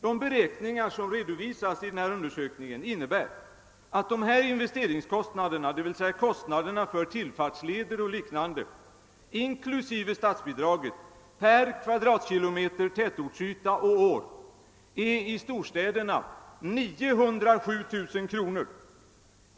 De beräkningar som redovisas i denna undersökning innebär att dessa - investeringskostnader, d.v.s. kostnaderna för tillfartsleder och liknande, inklusive statsbidraget per kilometer tätortsyta och år, uppgår till 907 000 kronor i storstäderna.